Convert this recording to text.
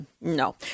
no